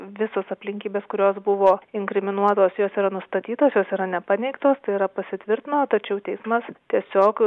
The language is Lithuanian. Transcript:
visos aplinkybės kurios buvo inkriminuotos jos yra nustatytosjos yra nepaneigtos tai yra pasitvirtino tačiau teismas tiesiog